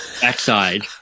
backside